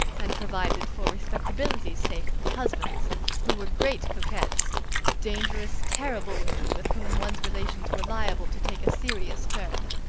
and provided, for respectability's sake, with husbands who were great coquettes dangerous, terrible women, with whom one's relations were liable to take a serious turn.